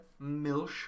milsh